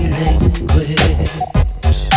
language